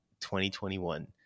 2021